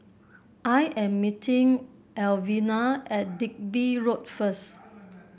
I am meeting Alvena at Digby Road first